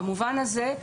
במובן הזה,